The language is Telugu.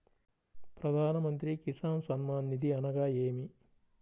ప్రధాన మంత్రి కిసాన్ సన్మాన్ నిధి అనగా ఏమి?